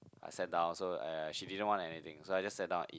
I sat down so uh yeah she didn't want anything so I just sat down and eat